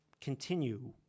continue